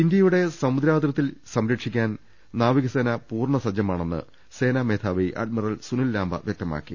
ഇന്തൃയുടെ സമുദ്രാതിർത്തി സംരക്ഷിക്കാൻ നാവിക സേന പൂർണ സജ്ജമെന്ന് സേനാ മേധാവി അഡ്മിറൽ സൂനിൽ ലാംബ വ്യക്തമാക്കി